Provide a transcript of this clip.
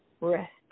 Rest